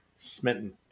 smitten